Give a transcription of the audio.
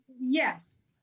Yes